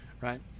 right